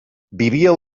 vivia